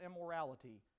immorality